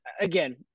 again